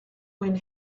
when